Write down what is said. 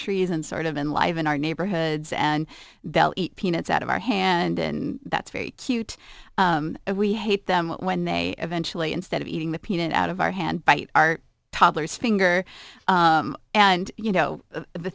trees and sort of enliven our neighborhoods and del peanuts out of our hand and that's very cute and we hate them when they eventually instead of eating the peanut out of our hand bite our toddlers finger and you know the